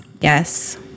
Yes